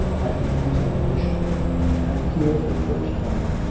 at the eton mission and here, for the first time,